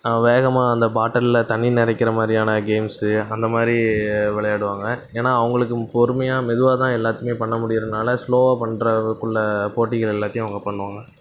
வேகமாக அந்த பாட்டலில் தண்ணி நிறைக்கிற மாதிரியான கேம்ஸு அந்த மாதிரி விளையாடுவாங்க ஏன்னா அவங்களுக்கு பொறுமையாக மெதுவாக தான் எல்லாத்தியும் பண்ண முடியிறதுனால் ஸ்லோவாக பண்ணுறதுக்குள்ள போட்டிகள் எல்லாத்தியும் அவங்க பண்ணுவாங்க